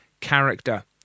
character